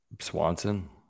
Swanson